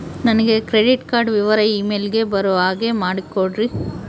ನನಗೆ credit card ವಿವರ email ಗೆ ಬರೋ ಹಾಗೆ ಮಾಡಿಕೊಡ್ರಿ?